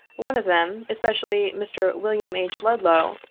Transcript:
one of them, especially, mr. william h. ludlow,